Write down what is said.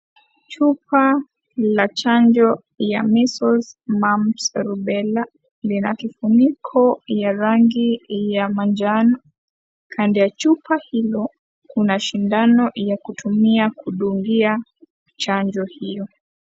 Chupa la chanjo ya measles, mumps, rubela lina kifuniko yarangi ya manjano. Kando ya chupa hilo kuna sindano ya kutumia kudungia chanjo hio.